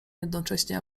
jednocześnie